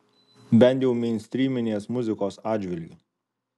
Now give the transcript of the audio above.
bent jau meinstryminės muzikos atžvilgiu